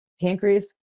pancreas